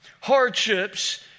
hardships